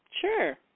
Sure